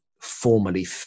formally